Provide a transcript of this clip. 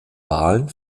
wahlen